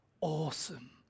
awesome